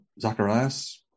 Zacharias